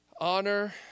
Honor